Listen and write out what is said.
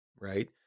right